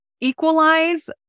equalize